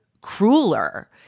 crueler